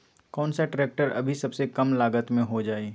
कौन सा ट्रैक्टर अभी सबसे कम लागत में हो जाइ?